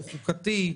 הוא חוקתי,